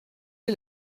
est